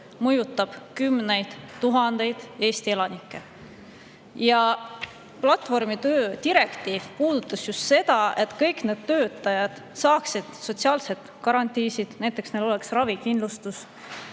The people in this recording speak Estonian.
mõjutab kümneid tuhandeid Eesti elanikke. Platvormitöö direktiiv puudutas just seda, et kõik need töötajad saaksid sotsiaalsed garantiid, näiteks ravikindlustuse,